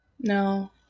No